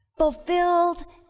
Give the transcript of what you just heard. Fulfilled